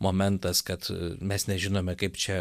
momentas kad mes nežinome kaip čia